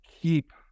keep